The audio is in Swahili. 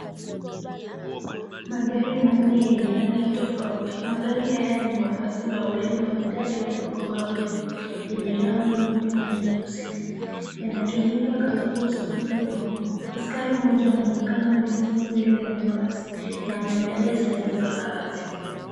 Magari manne yenye rangi tofauti. Magari haya ni mabasi mawili na magari madogo mawili yenye rangi nyeupe na nyeusi, yanatumika katika usafiri wa umma. Askari mmoja anaonekana amesimama mbele ya mabasi na amevalia sare za kazi.